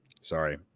Sorry